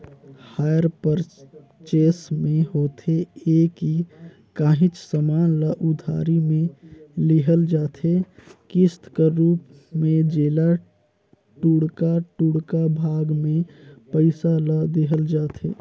hire purchase में होथे ए कि काहींच समान ल उधारी में लेहल जाथे किस्त कर रूप में जेला टुड़का टुड़का भाग में पइसा ल देहल जाथे